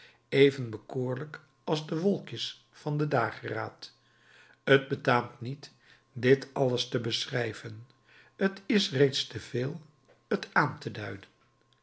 even bekoorlijk als de wolkjes van den dageraad t betaamt niet dit alles te beschrijven t is reeds te veel het aan te duiden